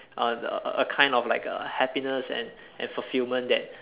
uh a a kind of like a happiness and and fulfilment that